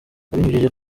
abinyujije